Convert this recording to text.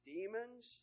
Demons